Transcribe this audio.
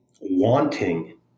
wanting